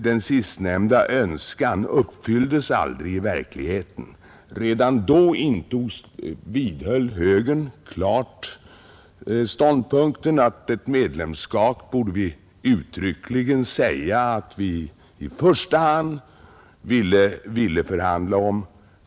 Den sistnämnda önskan uppfylldes aldrig i verkligheten. Redan då vidhöll högern klart ståndpunkten att vi uttryckligen borde säga att vi i första hand ville förhandla om ett medlemskap.